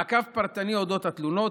מעקב פרטני על אודות התלונות,